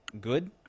good